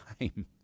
time